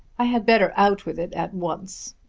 i had better out with it at once.